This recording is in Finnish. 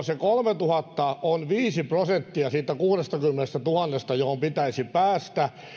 se kolmetuhatta on viisi prosenttia siitä kuudestakymmenestätuhannesta johon pitäisi päästä